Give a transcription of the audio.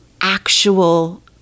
actual